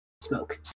smoke